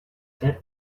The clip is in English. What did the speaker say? that